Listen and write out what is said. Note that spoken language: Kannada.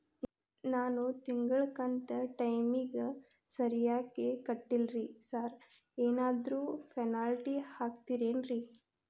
ನಾನು ತಿಂಗ್ಳ ಕಂತ್ ಟೈಮಿಗ್ ಸರಿಗೆ ಕಟ್ಟಿಲ್ರಿ ಸಾರ್ ಏನಾದ್ರು ಪೆನಾಲ್ಟಿ ಹಾಕ್ತಿರೆನ್ರಿ?